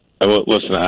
Listen